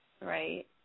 Right